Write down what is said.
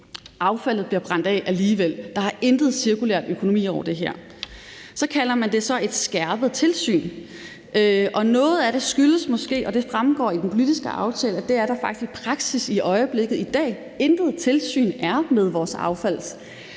Affaldet bliver brændt af alligevel. Der er intet cirkulær økonomi over det her. Så kalder man det så et skærpet tilsyn, og noget af det skyldes måske – det fremgår i den politiske aftale – at der faktisk i praksis i øjeblikket i dag intet tilsyn er med vores affald.